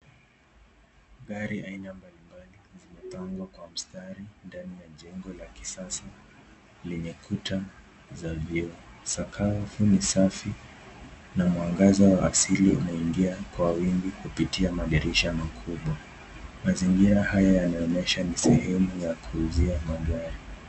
Gari aina mbalimbali zimepangwa kwa mstari ndani ya jengo la kisasa lenye kuta za vioo. Sakafu ni safi na mwangaza wa asili unaingia kwa wingi kupitia madirisha makubwa. Mazingiria haya yanaonyesha ni sehemu ya kuuzia magari.